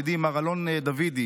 ידידי מר אלון דוידי.